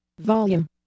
Volume